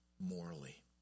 morally